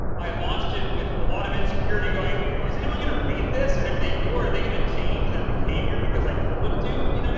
i launched it with a lot of insecurity going, is anyone going to read this? and if they do, are they going to change their behavior because i told them you know to?